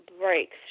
breaks